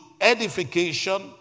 edification